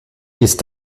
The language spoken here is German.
ist